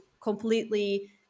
completely